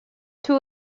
two